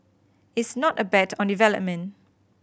it's not a bet on development